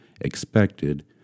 expected